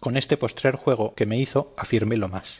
con este postrer juego que me hizo afirmélo más